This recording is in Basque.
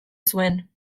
zuen